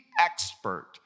expert